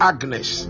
Agnes